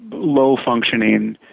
low functioning,